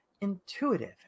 intuitive